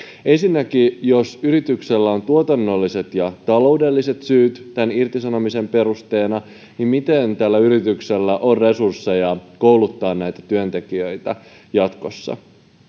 ensinnäkin jos yrityksellä on tuotannolliset ja taloudelliset syyt tämän irtisanomisen perusteena niin miten tällä yrityksellä on resursseja kouluttaa näitä työntekijöitä jatkossa totta